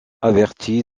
avertie